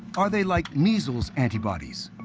are they like measles antibodies,